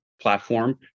platform